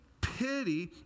pity